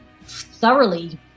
thoroughly